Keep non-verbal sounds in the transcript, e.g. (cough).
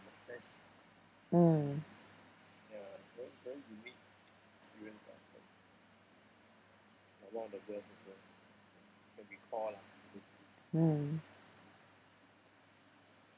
(noise) mm (noise) mm